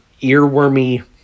earwormy